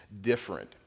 different